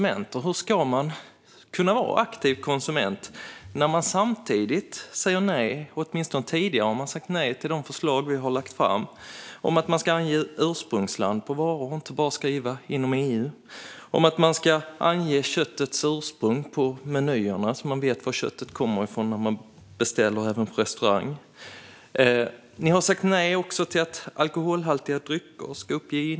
Men hur ska man kunna vara aktiv konsument när ni säger nej - åtminstone har ni gjort det tidigare - till de förslag vi har lagt fram? Vi har föreslagit att ursprungsland, inte bara "inom EU", ska anges på varor och att köttets ursprung ska anges på menyerna så att man vet var det kommer ifrån när man beställer på restaurang. Ni har också sagt nej till att innehållet i alkoholhaltiga drycker ska anges.